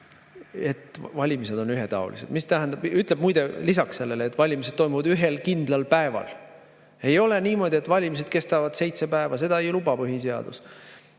et valimised on ühetaolised. Ütleb muide lisaks sellele, et valimised toimuvad ühel kindlal päeval. Ei ole niimoodi, et valimised kestavad seitse päeva, seda ei luba põhiseadus.